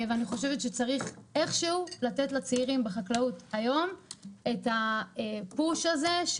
אני חושבת שצריך איכשהו לתת לצעירים בחקלאות היום את הפוש הזה.